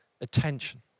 attention